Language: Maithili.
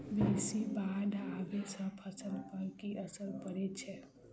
बेसी बाढ़ आबै सँ फसल पर की असर परै छै?